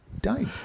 die